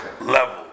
level